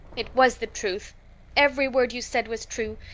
it was the truth every word you said was true.